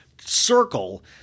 circle